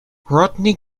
rodney